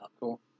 Cool